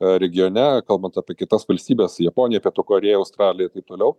regione kalbant apie kitos valstybes japonija pietų korėja australija taip toliau